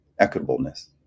equitableness